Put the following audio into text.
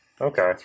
Okay